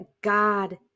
God